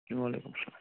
وعلیکُم سلام